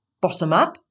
bottom-up